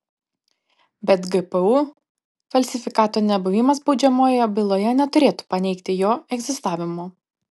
bet gpu falsifikato nebuvimas baudžiamojoje byloje neturėtų paneigti jo egzistavimo